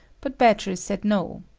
but badger said no.